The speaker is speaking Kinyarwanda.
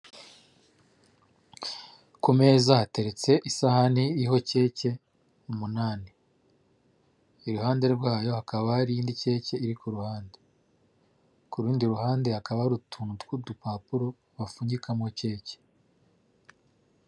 Ku meza hateretse isahani iriho imitsima umunani iruhande rwayo hakaba hari indi mitsima iri ku ruhande ku rundi ruhande hakaba hari utuntu tw'udupapuro bapfunyikamo imitsima .